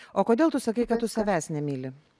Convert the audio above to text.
o kodėl tu sakei kad tu savęs nemyli